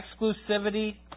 exclusivity